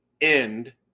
end